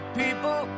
people